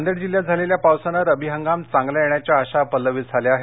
नांदेड जिल्ह्यात झालेल्या पावसाने रब्बी हंगाम चांगला येण्याच्या आशा पल्लवित झाल्या आहेत